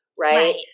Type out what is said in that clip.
Right